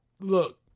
look